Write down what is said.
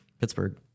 Pittsburgh